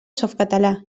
softcatalà